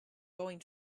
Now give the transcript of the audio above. going